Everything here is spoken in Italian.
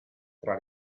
tra